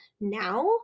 now